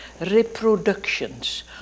reproductions